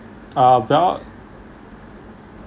uh well